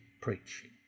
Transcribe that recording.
preaching